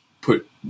put